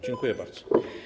Dziękuję bardzo.